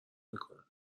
میکنن